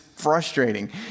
Frustrating